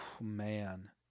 man